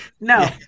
no